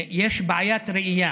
יש בעיית ראייה,